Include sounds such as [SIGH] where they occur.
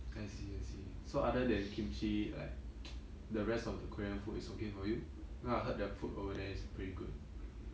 I see I see so other than kimchi like [NOISE] the rest of the korean food is okay for you know I heard the food over there is pretty good